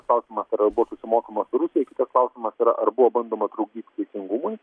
klausimas ar ar buvo susimokama su rusija kitas klausimas yra ar buvo bandoma trukdyti teisingumui